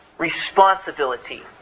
responsibility